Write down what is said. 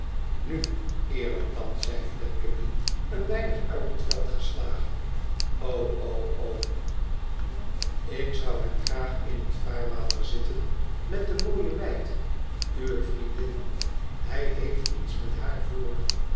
nu eerlijk dan zei fledgeby een weinig uit het veld geslagen o o ik zou hem graag in het vaarwater zitten met de mooie meid uwe vriendin hij heeft iets met haar voor